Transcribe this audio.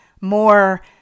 more